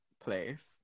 place